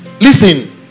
Listen